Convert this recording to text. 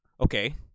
okay